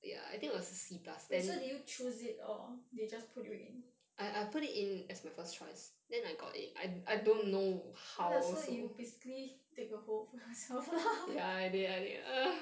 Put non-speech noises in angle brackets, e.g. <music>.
wait so did you choose it or they just put you in oh ya so you basically dig a hole for yourself lah <laughs>